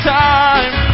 time